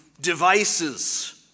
devices